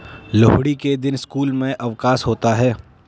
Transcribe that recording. लोहड़ी के दिन स्कूल में अवकाश होता है